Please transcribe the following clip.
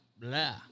blah